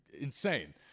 Insane